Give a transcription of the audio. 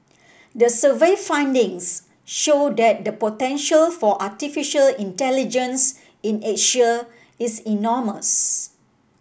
the survey findings show that the potential for artificial intelligence in Asia is enormous